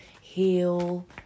heal